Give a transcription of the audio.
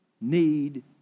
need